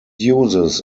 uses